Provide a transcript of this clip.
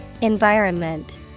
Environment